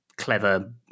clever